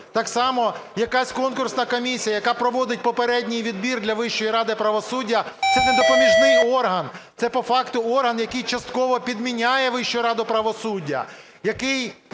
Так само якась конкурсна комісія, яка проводить попередній відбір для Вищої ради правосуддя, - це не допоміжний орган, це по факту орган, який частково підміняє Вищу раду правосуддя, який